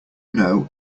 know